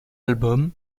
album